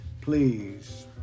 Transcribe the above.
please